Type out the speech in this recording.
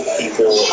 people